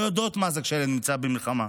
לא יודעות מה זה כשהילד נמצא במלחמה?